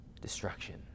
destruction